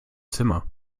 zimmer